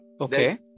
Okay